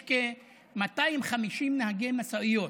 יש כ-250 נהגי משאיות,